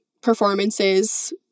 performances